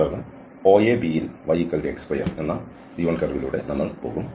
തുടർന്ന് OAB ൽ yx2 എന്ന C1 കർവിലൂടെ നമ്മൾ പോകും